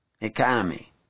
economy